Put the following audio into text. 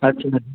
अच्छा